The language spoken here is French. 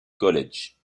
college